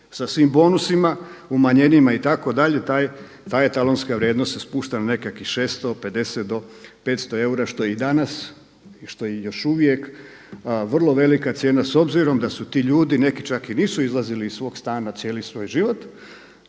sa svim bonusima, umanjenjima itd. ta etalonska vrijednost se spušta na nekakvih 650 do 500 eura što je danas i što je još uvijek vrlo velika cijena s obzirom da su ti ljudi neki čak i nisu izlazili iz svog stana cijeli svoj život,